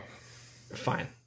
Fine